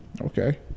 Okay